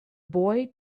boy